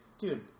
Dude